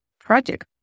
project